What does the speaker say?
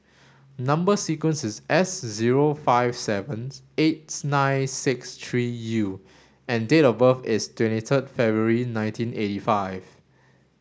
number sequence is S zero five sevens eight nine six three U and date of birth is twenty third February nineteen eighty five